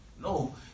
No